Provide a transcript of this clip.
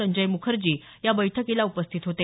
संजय मुखर्जी या बैठकीला उपस्थित होते